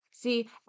see